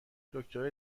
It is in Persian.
دکتره